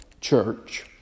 church